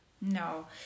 No